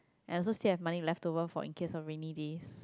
and also still have money leftover for in case of rainy days